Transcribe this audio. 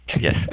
Yes